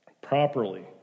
properly